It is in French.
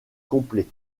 complet